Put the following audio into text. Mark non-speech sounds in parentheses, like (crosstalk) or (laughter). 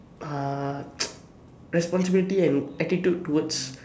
ah (noise) responsibility and attitude towards